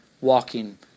walking